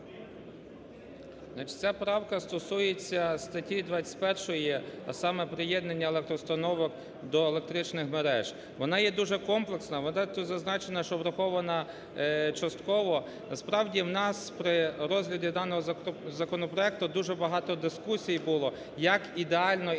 ця правка стосується статті 21, а саме: приєднання електроустановок до електричних мереж. Вона є дуже комплексна, у мене тут зазначено, що врахована частково. Насправді, у нас при розгляді даного законопроекту дуже багато дискусій було, як ідеально і